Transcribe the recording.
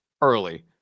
early